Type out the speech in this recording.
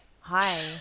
Hi